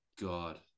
god